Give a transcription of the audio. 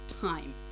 time